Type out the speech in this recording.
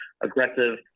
aggressive